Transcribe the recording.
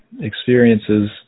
experiences